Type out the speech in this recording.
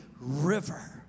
river